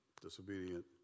disobedient